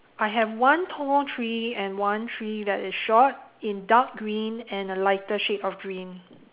I have one tall tree and one tree that is short in dark green and a lighter shade of green